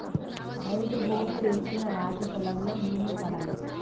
ఐదు బోర్లు ఏసిన రాజు పొలం లో నీళ్లు పడలే